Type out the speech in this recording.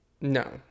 No